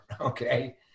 okay